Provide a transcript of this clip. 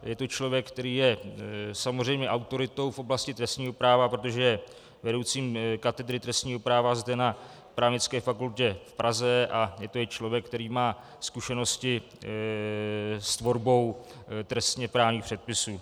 Je to člověk, který je samozřejmě autoritou v oblasti trestního práva, protože je vedoucím katedry trestního práva zde na Právnické fakultě v Praze a je to i člověk, který má zkušenosti s tvorbou trestněprávních předpisů.